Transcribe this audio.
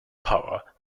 power